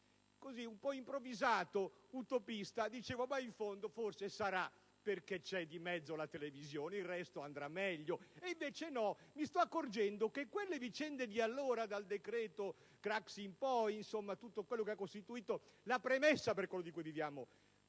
ero quasi improvvisato utopista e dicevo: in fondo forse sarà perché c'è di mezzo la televisione, il resto andrà meglio. Invece non è così e mi sto accorgendo che quelle vicende di allora, dal decreto Craxi in poi, insomma tutto quello che ha costituito la premessa per ciò di cui viviamo